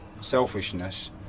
selfishness